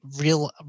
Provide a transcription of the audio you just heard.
Real